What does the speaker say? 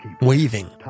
waving